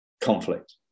conflict